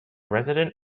resident